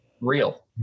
Real